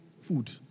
Food